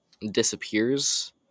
disappears